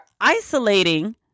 isolating